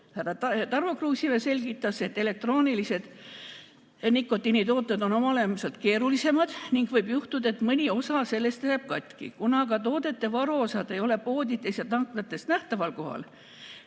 Tarmo Kruusimäe selgitas, et elektroonilised nikotiinitooted on oma olemuselt keerulisemad ning võib juhtuda, et mõni osa sellest läheb katki. Kuna aga toodete varuosad ei ole poodides ja tanklates nähtaval kohal,